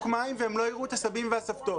מים והם לא ייראו את הסבים והסבתות.